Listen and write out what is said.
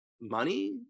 money